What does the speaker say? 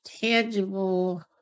tangible